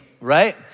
right